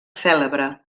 cèlebre